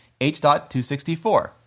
H.264